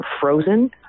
frozen